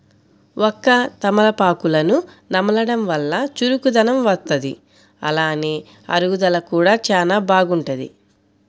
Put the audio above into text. వక్క, తమలపాకులను నమలడం వల్ల చురుకుదనం వత్తది, అలానే అరుగుదల కూడా చానా బాగుంటది